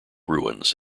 ruins